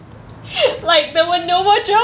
like there were no more jobs